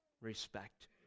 respect